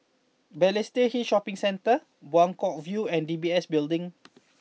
Balestier Hill Shopping Centre Buangkok View and D B S Building